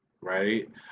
right